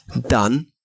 done